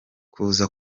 kuza